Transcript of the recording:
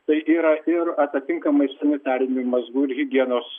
tai yra ir atitinkamai iš sanitarinių mazgų ir higienos